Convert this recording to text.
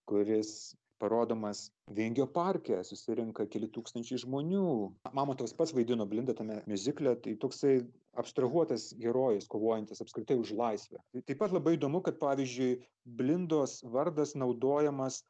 kuris parodomas vingio parke susirenka keli tūkstančiai žmonių mamontovas pats vaidino blindą tame miuzikle tai toksai abstrahuotas herojus kovojantis apskritai už laisvę tai taip pat labai įdomu kad pavyzdžiui blindos vardas naudojamas